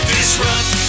Disrupt